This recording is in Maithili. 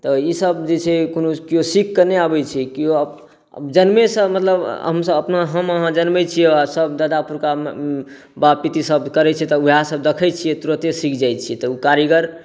तऽ ई सभ जे छै कोनो केओ सिखकऽ नहि आबै छै केओ जन्मेसँ मतलब अपना हम अहाँ जनमै छी या सभ दादा पुरखा बाप पिति सभ करै छै तऽ वएह सभ देखै छियै तऽ तुरते सिख जाइ छी तऽ ओ कारीगर